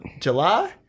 July